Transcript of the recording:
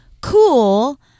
cool